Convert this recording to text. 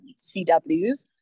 CWs